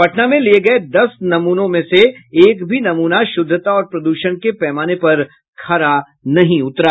पटना में लिये गये दस में से एक भी नमूने शुद्धता और प्रदूषण के पैमाने पर खरा नहीं उतरा